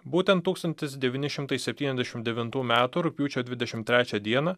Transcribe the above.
būtent tūkstantis devyni šimtai septyniasdešimt devintų metų rugpjūčio dvidešimt trečią dieną